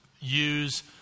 use